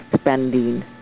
spending